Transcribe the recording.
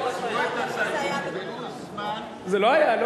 הבנת שזה היה בציניות.